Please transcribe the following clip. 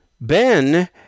Ben